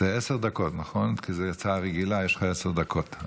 זאת הצעה רגילה, יש לך עד עשר דקות.